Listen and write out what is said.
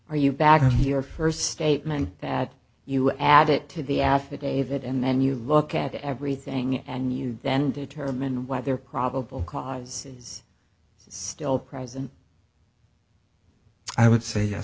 are you back in here first statement that you add it to the affidavit and then you look at everything and you then determine whether probable cause is still present i would say yes